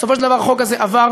בסופו של דבר החוק הזה עבר,